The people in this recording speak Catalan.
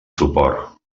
suport